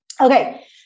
Okay